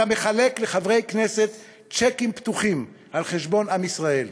אתה מחלק לחברי הכנסת צ'קים פתוחים על חשבון עם ישראל.